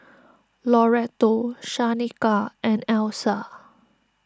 Loretto Shaneka and Elsa